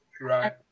Right